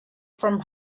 from